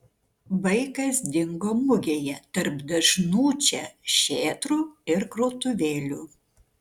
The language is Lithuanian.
vaikas dingo mugėje tarp dažnų čia šėtrų ir krautuvėlių